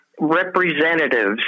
representatives